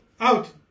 out